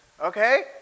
okay